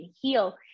heal